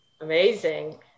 Amazing